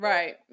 Right